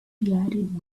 bearded